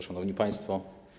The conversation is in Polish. Szanowni Państwo!